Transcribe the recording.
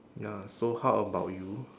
ya so how about you